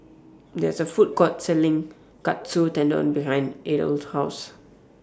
There IS A Food Court Selling Katsu Tendon behind Adel's House